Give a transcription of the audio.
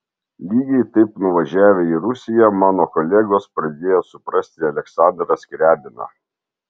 lygiai taip nuvažiavę į rusiją mano kolegos pradėjo suprasti aleksandrą skriabiną